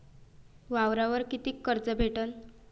वावरावर कितीक कर्ज भेटन?